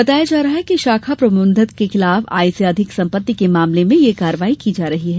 बताया गया है कि शाखा प्रबंधक के खिलाफ आय से अधिक सम्पत्ति के मामले में यह कार्रवाई की जा रही है